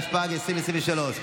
התשפ"ג 2023,